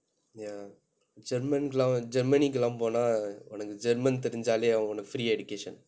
ya german க்கு எல்லாம்:kku ellaam germany க்கு எல்லாம் போனா உனக்கு :kku ellaam ponaa unakku german தெரிந்தாலே உனக்கு:therinthaale unakku free education